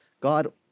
God